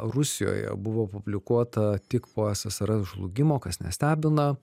rusijoje buvo publikuota tik po ssrs žlugimo kas nestebina